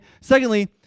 Secondly